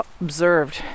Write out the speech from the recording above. observed